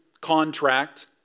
contract